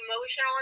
emotional